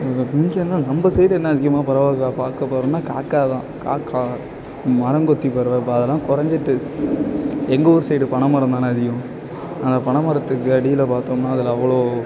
இங்கேன்னா நம்ம சைடு என்ன அதிகமாக பறவைகள் பார்க்க போறோம்னால் காக்கா தான் காக்கா தான் மரம்கொத்தி பறவை இப்போ அதெல்லாம் குறஞ்சிட்டு எங்க ஊர் சைடு பனைமரந்தான அதிகம் அந்த பனைமரத்துக்கு அடியில் பார்த்தோம்னா அதில் அவ்வளோ